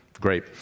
Great